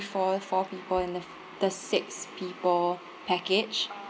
for four people and the the six people package